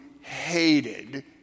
hated